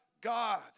God